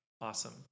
Awesome